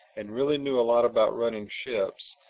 and really knew a lot about running ships,